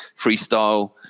freestyle